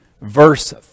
verse